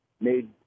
made